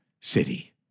city